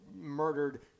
murdered